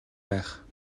байх